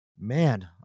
Man